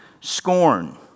scorn